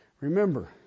Remember